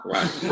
Right